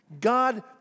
God